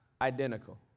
identical